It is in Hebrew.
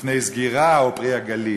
בפני סגירה, או "פרי הגליל".